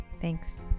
Thanks